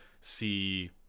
see